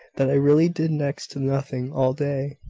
that i really did next to nothing all day.